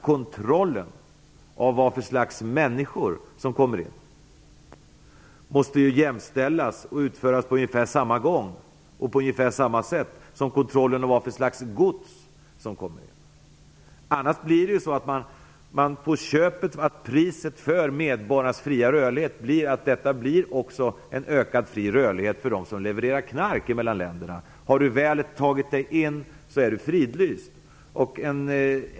Kontrollen av vad det är för slags människor som kommer in i landet måste utföras på samma gång och på ungefär samma sätt som kontrollen av vad det är för slags gods som tas in i landet. Annars blir ju priset för medborgarnas fria rörlighet en ökad fri rörlighet också för dem som levererar knark mellan länderna. Har man väl tagit sig in i ett land är man fridlyst.